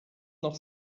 noch